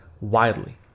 widely